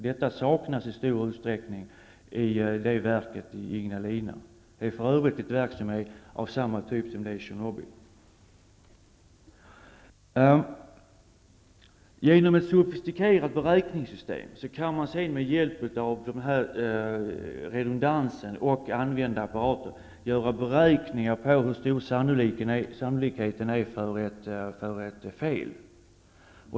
Detta saknas i stor utsträckning i verket i Ignalina, som för övrigt är av samma typ som verket i Tjernobyl. Genom ett sofistikerat beräkningssystem kan man sedan med hjälp av redundansen och genom att använda apparater göra beräkningar av hur stor sannolikheten är för ett fel.